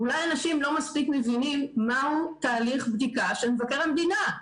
אולי אנשים לא מספיק מבינים מהו תהליך בדיקה של מבקר המדינה,